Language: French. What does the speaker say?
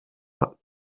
pas